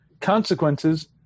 consequences